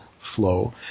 Flow